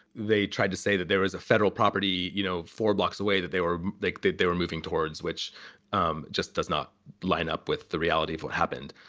they tried to say that there is a federal property, you know, four blocks away, that they were like evicted. they were moving towards, which um just does not line up with the reality of what happened.